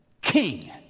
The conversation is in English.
king